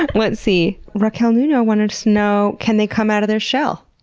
ah let's see, raquel nuno wanted know can they come out of their shell?